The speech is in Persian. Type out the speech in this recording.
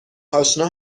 آشنا